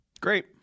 Great